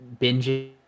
binging